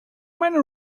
many